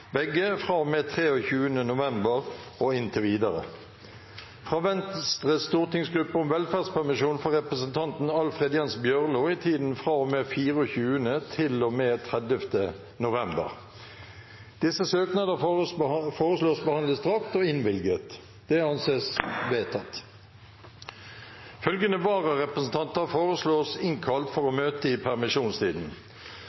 begge fra og med 23. november og inntil videre fra Venstres stortingsgruppe om velferdspermisjon for representanten Alfred Jens Bjørlo i tiden fra og med 24. til og med 30. november Etter forslag fra presidenten ble enstemmig besluttet: Søknadene behandles straks og innvilges. Følgende vararepresentanter innkalles for å